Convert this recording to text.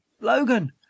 Logan